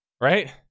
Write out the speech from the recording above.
right